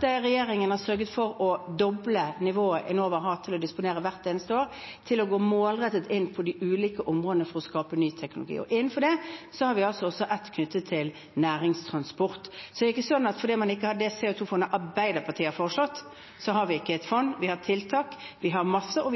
Regjeringen har sørget for å doble nivået Enova har å disponere, hvert eneste år, til å gå målrettet inn på de ulike områdene for å skape ny teknologi. Innenfor det har vi også ett knyttet til næringstransport, så det er ikke sånn at fordi man ikke har det CO 2 -fondet Arbeiderpartiet har foreslått, har vi ikke et fond. Vi har tiltak, vi har masse, og vi